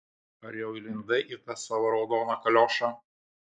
ar jau įlindai į tą savo raudoną kaliošą